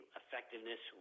effectiveness